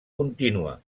contínua